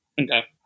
Okay